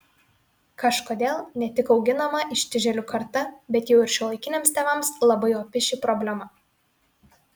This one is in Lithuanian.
kažkodėl ne tik auginama ištižėlių karta bet jau ir šiuolaikiniams tėvams labai opi ši problema